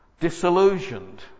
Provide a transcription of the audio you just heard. disillusioned